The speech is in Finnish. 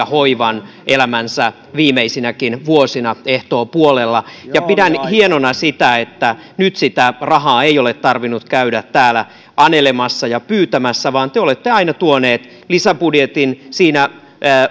hoivan elämänsä viimeisinäkin vuosina ehtoopuolella pidän hienona sitä että nyt sitä rahaa ei ole tarvinnut käydä täällä anelemassa ja pyytämässä vaan te olette aina tuonut lisäbudjetin siinä